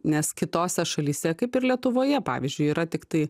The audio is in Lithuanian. nes kitose šalyse kaip ir lietuvoje pavyzdžiui yra tiktai